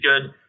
good